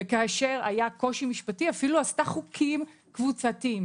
וכאשר היה קושי משפטי אפילו עשתה חוקים קבוצתיים.